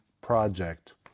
project